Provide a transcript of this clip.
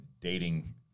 dating